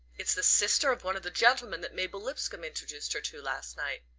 it's the sister of one of the gentlemen that mabel lipscomb introduced her to last night.